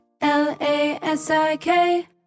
L-A-S-I-K